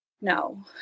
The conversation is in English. No